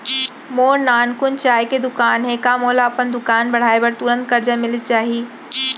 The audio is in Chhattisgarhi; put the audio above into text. मोर नानकुन चाय के दुकान हे का मोला अपन दुकान बढ़ाये बर तुरंत करजा मिलिस जाही?